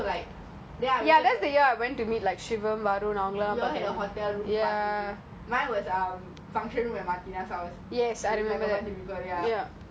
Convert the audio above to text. I came back at ten thirty or eleven ya because I was also like then I waited you all had your hotel room party